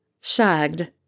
Shagged